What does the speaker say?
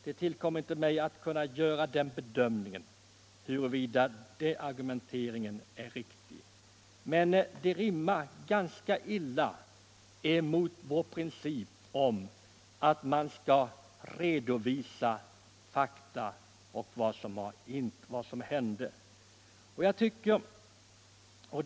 Det tillkommer inte mig att bedöma huruvida den argumenteringen är riktig, men den rimmar ganska illa med vår princip att man skall redovisa fakta, ty jag har mycket svårt att förstå att faktaupplysning skulle skada enskilda balter vare sig i vårt land eller annorstädes.